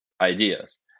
ideas